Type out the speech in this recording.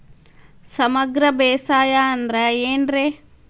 ಸಮಗ್ರ ಬೇಸಾಯ ಅಂದ್ರ ಏನ್ ರೇ?